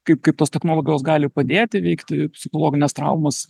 kaip kaip tos technologijos gali padėti įveikti psichologines traumas